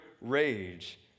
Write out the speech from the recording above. rage